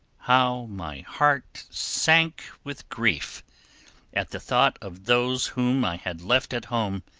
how my heart sank with grief at the thought of those whom i had left at home,